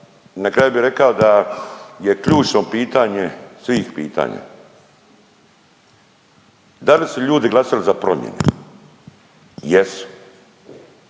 Na kraju bi rekao da je ključno pitanje svih pitanja da li su ljudi glasali za promjene. Jesu.